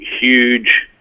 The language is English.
huge